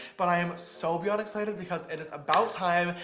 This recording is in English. but i am so beyond excited because it is about time,